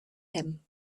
him